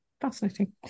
fascinating